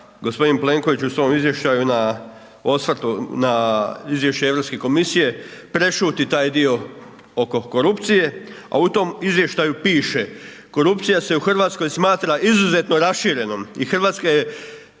gospodin Plenković u svom izvještaju na osvrtu, na izvješće Europske komisije prešuti taj dio oko korupcije a u tom izvještaju piše, korupcija se u Hrvatskoj smatra izuzetno raširenom i Hrvatska je